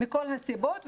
מכל הסיבות,